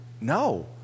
No